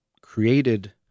created